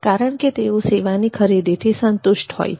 કારણ કે તેઓ સેવાની ખરીદીથી સંતુષ્ટ હોય છે